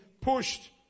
pushed